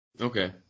Okay